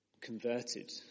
converted